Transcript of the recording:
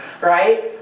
right